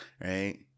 Right